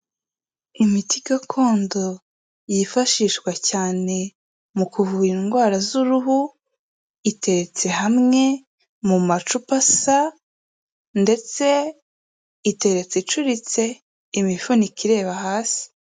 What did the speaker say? Imiti gakondo yifashishwa cyane mu kuvura indwara z'uruhu iteretse hamwe mu macupa asa ndetse iteretse icuritse imifuniko ireba hasi.